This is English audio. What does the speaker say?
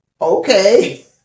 okay